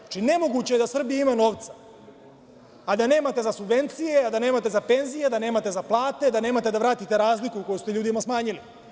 Znači, nemoguće je da Srbija ima novca, a da nema za subvencije, a da nemate za penzije, da nemate za plate, da nemate da vratite razliku koju ste ljudima smanjili.